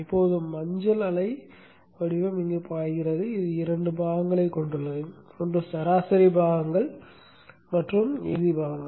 இப்போது இந்த மஞ்சள் அலை வடிவம் இங்கு பாய்கிறது இது இரண்டு பாகங்களைக் கொண்டுள்ளது ஒன்று சராசரி பாகங்கள் மற்றும் AC பாகங்கள்